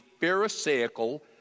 pharisaical